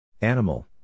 Animal